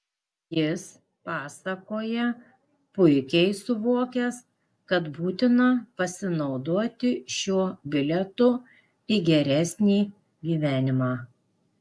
jis pasakoja puikiai suvokęs kad būtina pasinaudoti šiuo bilietu į geresnį gyvenimą